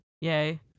yay